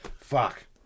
Fuck